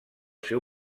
seu